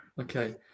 Okay